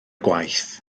gwaith